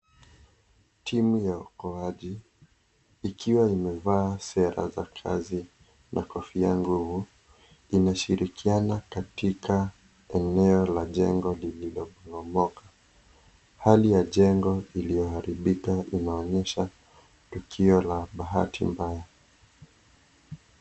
Timu ya uokoaji ikiwa imevaa sare zao za kazi na kofia ngumu inashirikiana katika eneo la jengo lililoporomoka hali ya jengo iliyoharibika inaonyesha tukio la bahati mbaya.